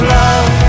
love